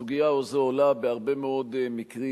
הסוגיה הזאת עולה בהרבה מאוד מקרים,